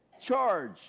charge